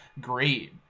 great